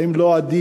האם לא עדיף,